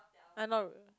I know